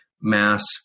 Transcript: mass